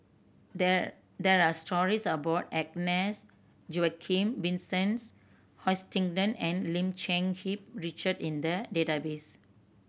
there there are stories about Agnes Joaquim Vincent Hoisington and Lim Cherng Hip Richard in the database